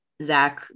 Zach